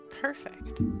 Perfect